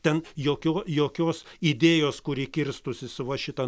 ten jokio jokios idėjos kuri kirstųsi su va šita